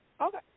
Okay